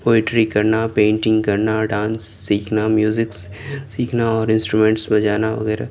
poetry کرنا painting کرنا dance سیکھنا میوزک سیکھنا اور انسٹرومینٹس بجانا وغیرہ